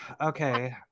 okay